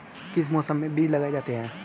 किस मौसम में बीज लगाए जाते हैं?